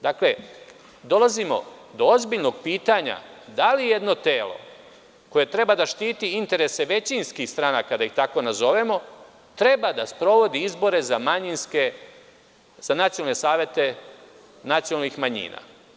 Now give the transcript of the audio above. Dakle, dolazimo do ozbiljnog pitanja – da li jedno telo, koje treba da štiti interese većinskih stranaka, da ih tako nazovemo, treba da sprovodi izbore za nacionalne savete nacionalnih manjina?